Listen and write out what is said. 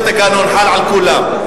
התקנון חל על כולם.